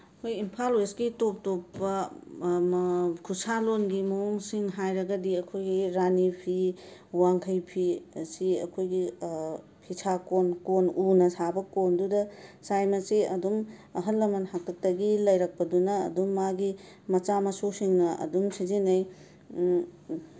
ꯑꯩꯈꯣꯏ ꯏꯝꯐꯥꯜ ꯋꯦꯁꯀꯤ ꯇꯣꯞ ꯇꯣꯞꯄ ꯈꯨꯠꯁꯥꯂꯣꯟꯒꯤ ꯃꯑꯣꯡꯁꯤꯡ ꯍꯥꯏꯔꯒꯗꯤ ꯑꯩꯈꯣꯏꯒꯤ ꯔꯥꯅꯤ ꯐꯤ ꯋꯥꯡꯈꯩ ꯐꯤ ꯑꯁꯤ ꯑꯩꯈꯣꯏꯒꯤ ꯐꯤꯁꯥꯀꯣꯟ ꯀꯣꯟ ꯎꯅ ꯁꯥꯕ ꯀꯣꯟꯗꯨꯗ ꯁꯥꯏ ꯃꯁꯤ ꯑꯗꯨꯝ ꯑꯍꯟ ꯂꯃꯟ ꯍꯥꯛꯇꯛꯇꯒꯤ ꯂꯩꯔꯛꯄꯗꯨꯅ ꯑꯗꯨꯝ ꯃꯥꯒꯤ ꯃꯆꯥ ꯃꯁꯨꯁꯤꯡꯅ ꯑꯗꯨꯝ ꯁꯤꯖꯤꯟꯅꯩ